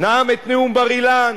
נאם את נאום בר-אילן,